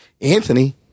Anthony